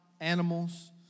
animals